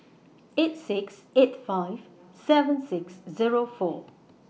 eight six eight five seven six Zero four